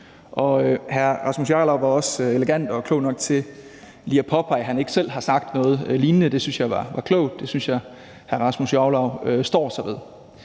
Hr. Rasmus Jarlov var også elegant og klog nok til lige at påpege, at han ikke selv har sagt noget lignende. Det synes jeg var klogt. Det synes jeg hr. Rasmus Jarlov står sig ved.